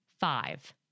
Five